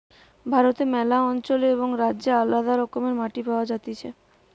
ভারতে ম্যালা অঞ্চলে এবং রাজ্যে আলদা রকমের মাটি পাওয়া যাতিছে